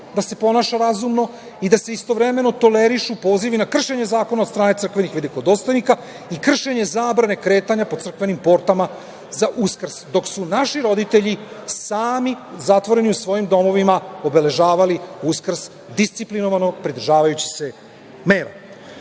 da se ponaša razumno i da se istovremeno tolerišu pozivi na kršenje zakona od strane crkvenih velikodostojnika i kršenje zabrane kretanja po crkvenim portama za Uskrs, dok su naši roditelji sami zatvoreni u svojim domovima obeležavali Uskrs disciplinovano pridržavajući se mera. Ova